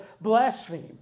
blaspheme